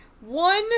One